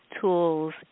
tools